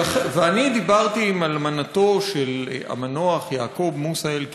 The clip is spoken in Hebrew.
אני דיברתי עם אלמנתו של המנוח יעקוב מוסא אבו אלקיעאן.